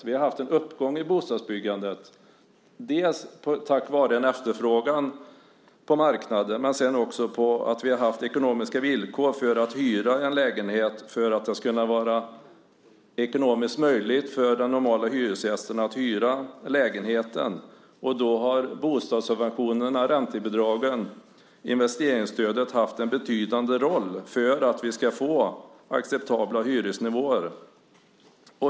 Vi har haft en uppgång i bostadsbyggandet, dels tack vare efterfrågan på marknaden, dels tack vare att vi har haft ekonomiska villkor som gjort att det varit möjligt för den normala hyresgästen att hyra en lägenhet. Där har bostadssubventionerna, räntebidragen och investeringsstödet haft en betydande roll för att vi ska få acceptabla hyresnivåer.